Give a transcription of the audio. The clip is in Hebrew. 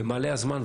במעלה הזמן,